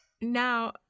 Now